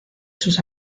sus